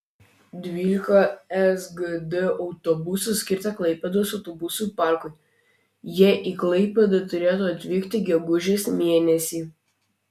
dvylika sgd autobusų skirta klaipėdos autobusų parkui jie į klaipėdą turėtų atvykti gegužės mėnesį